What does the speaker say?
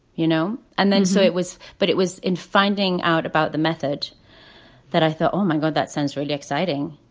you know. and then so it was but it was in finding out about the method that i thought, oh, my god, that sounds really exciting.